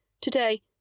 Today